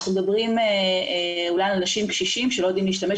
אנחנו מדברים אולי על אנשים קשישים שלא יודעים להשתמש